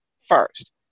first